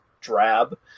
drab